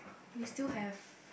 we still have